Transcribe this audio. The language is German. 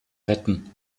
retten